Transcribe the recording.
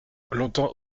longtemps